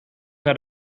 naar